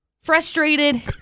frustrated